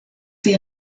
sie